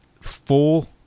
full